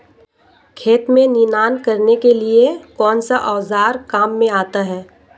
खेत में निनाण करने के लिए कौनसा औज़ार काम में आता है?